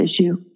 issue